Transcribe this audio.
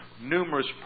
numerous